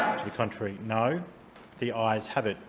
the contrary, no the ayes have it.